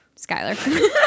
Skyler